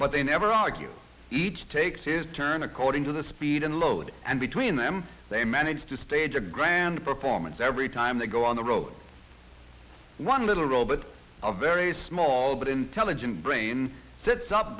but they never argue each takes his turn according to the speed and load and between them they manage to stage a grand performance every time they go on the road one little robot of very small but intelligent brain set